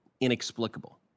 inexplicable